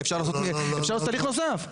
אפשר לעשות הליך נוסף.